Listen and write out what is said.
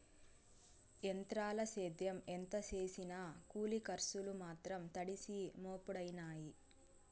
ఎంత్రాల సేద్యం ఎంత సేసినా కూలి కర్సులు మాత్రం తడిసి మోపుడయినాయి